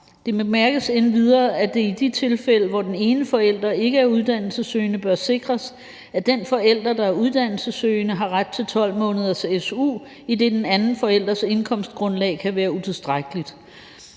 Det bemærkes endvidere, at det i de tilfælde, hvor den ene forælder ikke er uddannelsessøgende, bør sikres, at den forælder, der er uddannelsessøgende, har ret til 12 måneders su, idet den anden forælders indkomstgrundlag kan være utilstrækkeligt.